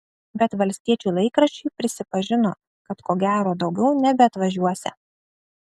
bet valstiečių laikraščiui prisipažino kad ko gero daugiau nebeatvažiuosią